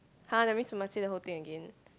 !huh! that means we must say the whole thing again